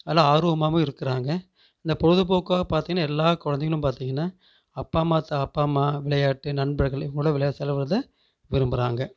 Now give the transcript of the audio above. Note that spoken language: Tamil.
அதுலாம் ஆர்வமாகவும் இருக்கிறாங்க இந்த பொழுதுபோக்காக பார்த்தீங்கன்னா எல்லா குழந்தைகளும் பார்த்தீங்கன்னா அப்பா அம்மா தா அப்பா அம்மா விளையாட்டு நண்பர்கள் இது மூலம் விளையா செலவிடுறத விரும்புகிறாங்க